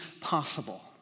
possible